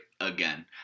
Again